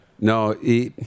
No